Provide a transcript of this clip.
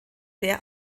sehr